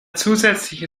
zusätzliche